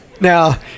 Now